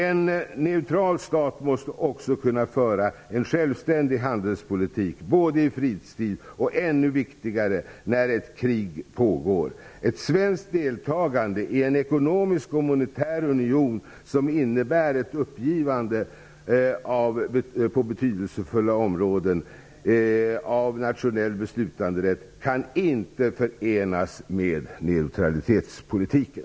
En neutral stat måste också kunna föra en självständig handelspolitik, både i fredstid och -- ännu viktigare -- när ett krig pågår. Ett svenskt deltagande i en ekonomisk och monetär union som innebär ett uppgivande av nationell beslutanderätt på betyelsefulla områden kan inte förenas med neutralitetspolitiken.